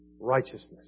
Righteousness